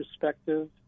perspective